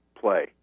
play